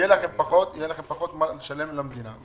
יהיה לכם פחות לשלם למדינה.